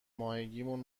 ماهگیمون